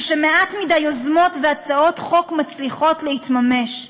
ושמעט מדי יוזמות והצעות חוק מצליחות להתממש.